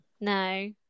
No